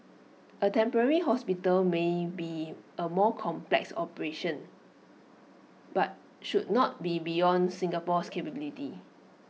A temporary hospital may be A more complex operation but should not be beyond Singapore's capability